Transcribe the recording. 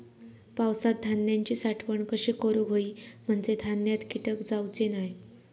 पावसात धान्यांची साठवण कशी करूक होई म्हंजे धान्यात कीटक जाउचे नाय?